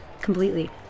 completely